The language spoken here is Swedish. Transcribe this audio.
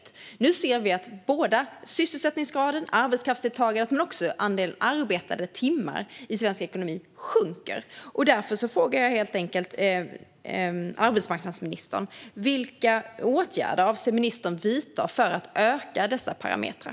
Men nu ser vi att såväl sysselsättningsgraden och arbetskraftsdeltagandet som antalet arbetade timmar i svensk ekonomi sjunker. Därför frågar jag arbetsmarknadsministern: Vilka åtgärder avser ministern att vidta för att öka dessa parametrar?